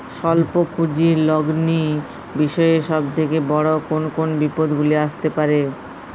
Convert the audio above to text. স্বল্প পুঁজির লগ্নি বিষয়ে সব থেকে বড় কোন কোন বিপদগুলি আসতে পারে?